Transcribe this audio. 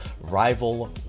Rival